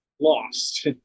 lost